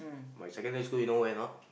my secondary school you know where or not